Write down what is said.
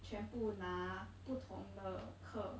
全部拿不同的课